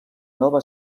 nova